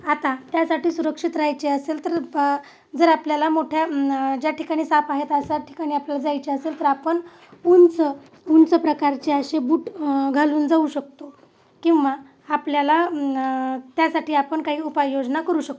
आता त्यासाठी सुरक्षित रहायचे असेल तर जर आपल्याला मोठ्या ज्या ठिकाणी साप आहेत अशा ठिकाणी आपल्याला जायच्या असेल तर आपण उंच उंच प्रकारचे अशे बूट घालून जाऊ शकतो किंवा आपल्याला त्यासाठी आपण काही उपाययोजना करू शकतो